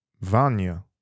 Vanya